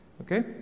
Okay